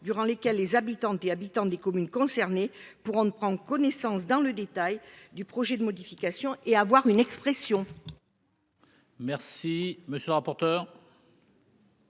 durant lesquels les habitants des communes concernées pourront prendre connaissance dans le détail du projet de modification et s'exprimer.